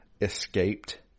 escaped